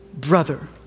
brother